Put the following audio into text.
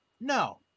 No